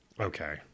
Okay